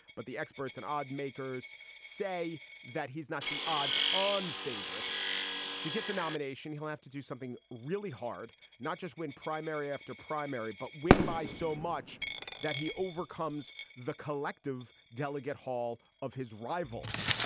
but the experts and odds makers say that he's not the odds on favorite to get the nomination. he'll have to do something really hard, not just win primary after primary, but win by so much that he overcomes the collective delegate haul of his rivals.